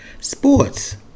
sports